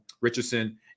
Richardson